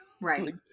right